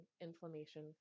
inflammation